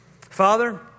Father